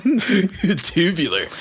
Tubular